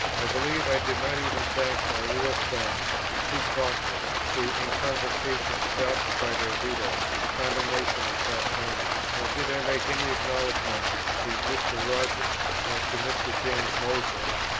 i believe i did not even thank my real friends, the two proctors, who in convocation stopped by their veto the condemnation of tract ninety nor did i make any acknowledgment to mr. rogers, nor to mr. james mozley,